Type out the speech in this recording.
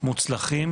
מוצלחים